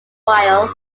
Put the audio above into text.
while